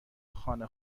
خانه